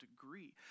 degree